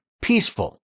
peaceful